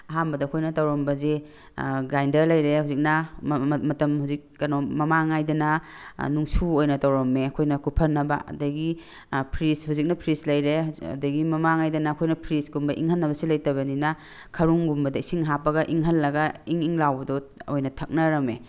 ꯑꯍꯥꯟꯕꯗ ꯑꯩꯈꯣꯏꯅ ꯇꯧꯔꯝꯕꯁꯦ ꯒ꯭ꯔꯥꯏꯟꯗꯔ ꯂꯩꯔꯦ ꯍꯧꯖꯤꯛꯅ ꯃꯇꯝ ꯍꯧꯖꯤꯛ ꯀꯩꯅꯣ ꯃꯃꯥꯡꯉꯩꯗꯅ ꯅꯨꯡꯁꯨ ꯑꯣꯏꯅ ꯇꯧꯔꯝꯃꯦ ꯑꯩꯈꯣꯏꯅ ꯀꯨꯞꯍꯟꯅꯕ ꯑꯗꯨꯗꯒꯤ ꯐ꯭ꯔꯤꯖ ꯍꯧꯖꯤꯛꯅ ꯐ꯭ꯔꯤꯖ ꯂꯩꯔꯦ ꯑꯗꯨꯗꯒꯤ ꯃꯃꯥꯡꯉꯩꯗꯅ ꯑꯩꯈꯣꯏꯅ ꯐ꯭ꯔꯤꯖꯀꯨꯝꯕ ꯏꯪꯍꯟꯅꯕꯁꯦ ꯂꯩꯇꯕꯅꯤꯅ ꯈꯔꯨꯡꯒꯨꯝꯕꯗ ꯏꯁꯤꯡ ꯍꯥꯞꯄꯒ ꯏꯪꯍꯟꯂꯒ ꯏꯪ ꯏꯪ ꯂꯥꯎꯕꯗꯣ ꯑꯣꯏꯅ ꯊꯛꯅꯔꯝꯃꯦ